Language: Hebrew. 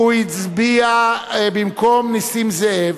הוא הצביע במקום נסים זאב,